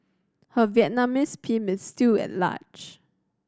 her Vietnamese pimp is still at large